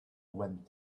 went